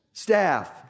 Staff